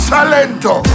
Salento